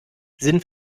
sind